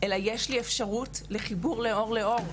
אלא יש לי אפשרות לחיבור מעור לעור,